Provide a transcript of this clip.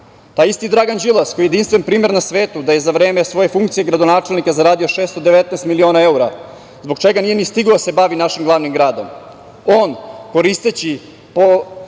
Taj isti Dragan Đilas koji je jedinstven primer na svetu da je za vreme svoje funkcije gradonačelnika zaradio 619 miliona evra zbog čega nije ni stigao da se bavi našim glavnim gradom.